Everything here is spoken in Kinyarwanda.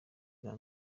bwa